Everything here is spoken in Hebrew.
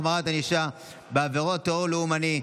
החמרת ענישה בעבירות טרור לאומני),